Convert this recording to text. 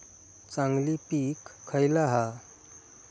चांगली पीक खयला हा?